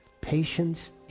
Patience